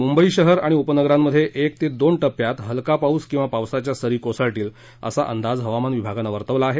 मुंबई शहर आणि उपनगरांमध्ये एक ते दोन टप्प्यात हलका पाऊस किंवा पावसाच्या सरी कोसळतील असा अंदाज हवामान विभागानं वर्तवला आहे